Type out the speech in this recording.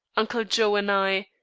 uncle joe and i,